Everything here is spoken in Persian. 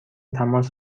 تماس